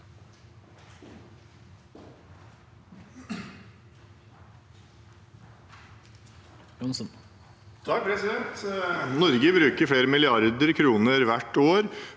Norge bruker flere milliarder kroner hvert år